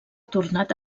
tornat